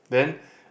then